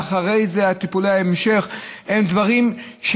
ואחרי זה טיפולי ההמשך הם דברים,